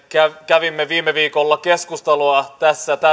kävimme viime viikolla keskustelua tässä